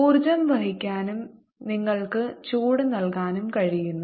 ഊർജ്ജo വഹിക്കാനും നിങ്ങൾക്ക് ചൂട് നൽകാനും കഴിയുന്നു